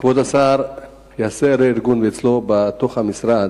כבוד השר יעשה רה-ארגון אצלו במשרד.